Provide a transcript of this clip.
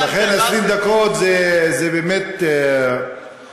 ולכן 20 דקות זה באמת כלום.